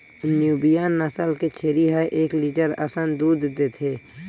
Nubian नसल के छेरी ह एक लीटर असन दूद देथे